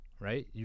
right